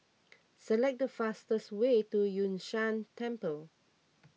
select the fastest way to Yun Shan Temple